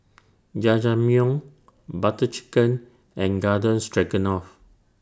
Jajangmyeon Butter Chicken and Garden Stroganoff